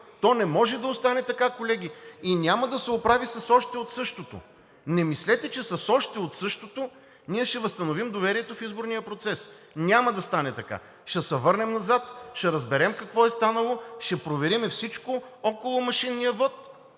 То не може да остане така, колеги, и няма да се оправи с още от същото. Не мислете, че с още от същото ние ще възстановим доверието в изборния процес. Няма да стане така! Ще се върнем назад, ще разберем какво е станало, ще проверим всичко около машинния вот,